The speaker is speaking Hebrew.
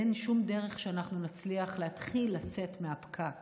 אין שום דרך שאנחנו נצליח להתחיל לצאת מהפקק